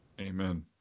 Amen